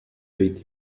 avec